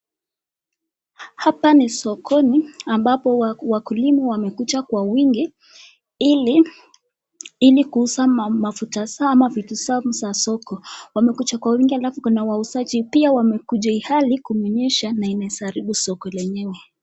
Hapa ni sokoni ambapo wakulima wamekuja kwa wingi, ili kuuza mafuta zao ama vitu zao kwa soko. Wamekuja kwa wingi alafu pia kuna wauzaja ilhali kumenyesha na inaweza kuharibu soko lenyewe.